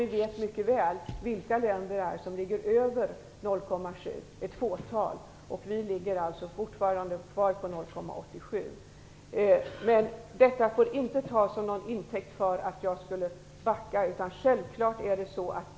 Vi vet mycket väl vilka länder som ligger över den nivån. Det är ett fåtal länder. Sverige ligger alltså fortfarande kvar på nivån 0,87. Detta får inte tas som någon intäkt för att jag inte skulle eftersträva enprocentsmålet.